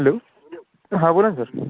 hello हां बोला ना सर